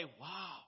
wow